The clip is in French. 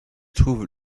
trouvent